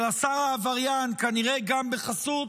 אבל השר העבריין, כנראה, גם בחסות